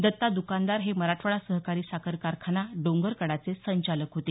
दत्ता दुकानदार हे मराठवाडा सहकारी साखर कारखाना डोंगरकडाचे संचालक होते